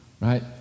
right